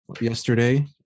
yesterday